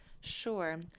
Sure